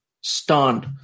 stunned